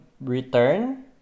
return